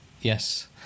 Yes